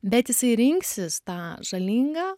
bet jisai rinksis tą žalingą